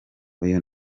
uyu